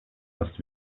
erst